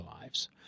lives